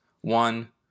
One